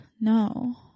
No